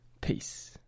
peace